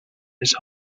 his